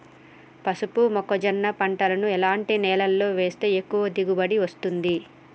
పసుపు మొక్క జొన్న పంటలను ఎలాంటి నేలలో వేస్తే ఎక్కువ దిగుమతి వస్తుంది?